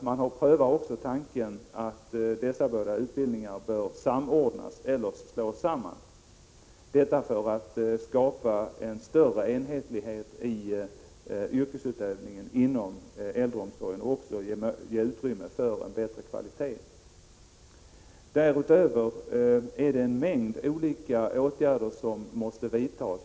Man överväger också att föreslå att dessa båda utbildningar skall samordnas eller slås samman, detta för att skapa en större enhetlighet i yrkesutövningen inom äldreomsorgen och även ge utrymme för en bättre kvalitet. Därutöver är det en mängd olika åtgärder som måste vidtas.